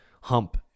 hump